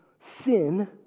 sin